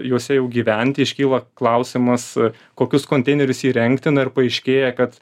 juose jau gyventi iškyla klausimas kokius konteinerius įrengti na ir paaiškėja kad